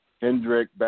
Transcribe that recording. Hendrick